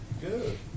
Good